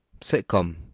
sitcom